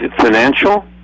financial